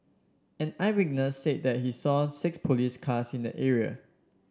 an eyewitness said that he saw six police cars in the area